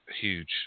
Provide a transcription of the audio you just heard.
huge